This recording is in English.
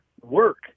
work